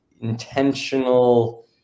intentional